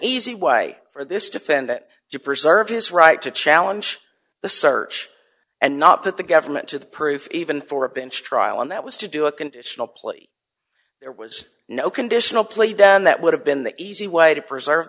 easy way for this defendant to preserve his right to challenge the search and not that the government to the proof even for a bench trial and that was to do a conditional plea there was no conditional play then that would have been the easy way to preserve